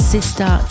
Sister